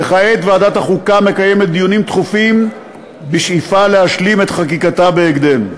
וכעת ועדת החוקה מקיימת דיונים תכופים בשאיפה להשלים את חקיקתה בהקדם.